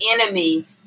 enemy